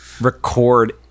record